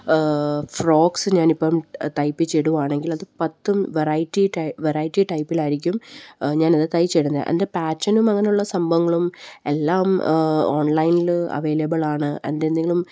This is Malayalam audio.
ഫ്രോക്സ് ഞാനിപ്പം തയ്പ്പിച്ചിടുകയാണെങ്കിൽ അത് പത്തും വെറൈറ്റി ടൈപ്പിലായിരിക്കും ഞാനത് തയ്ച്ചിടുന്നത് അതിൻ്റെ പാറ്റേണും അങ്ങനെയുള്ള സംഭവങ്ങളുമെല്ലാം ഓൺലൈനില് അവൈലബിളാണ് അതിൻ്റെ എന്തെങ്കിലും